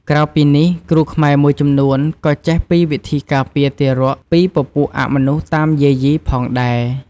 ក្រៅពីនេះគ្រូខ្មែរមួយចំនួនក៏ចេះពីវិធីកាពារទារកពីពពួកអមនុស្សតាមយាយីផងដែរ។